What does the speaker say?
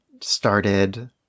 started